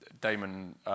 Damon